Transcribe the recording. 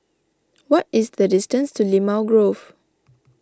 what is the distance to Limau Grove